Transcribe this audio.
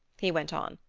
he went on.